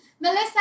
Melissa